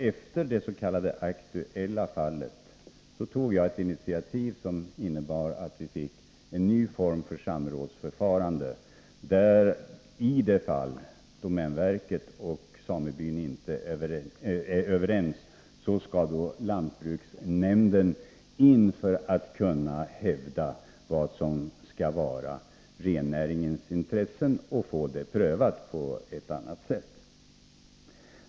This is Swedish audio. Efter det s.k. aktuella fallet tog jag alltså ett initiativ som ledde till att vi fick en ny form för samrådsförfarande, som innebär att i de fall där domänverket och samebyn inte är överens skall lantbruksnämnden träda in för att kunna hävda rennäringens intressen och få den frågan prövad på ett annat sätt.